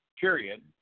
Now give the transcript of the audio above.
period